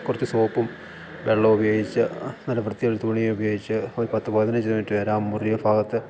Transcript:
കുറച്ച് സോപ്പും വെള്ളവും ഉപയോഗിച്ച് നല്ല വൃത്തിയുള്ള തുണി ഉപയോഗിച്ച് ഒരു പത്ത് പതിനഞ്ച് മിനിറ്റ് വരെ ആ മുറിവുടെ ഭാഗത്ത്